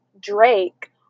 Drake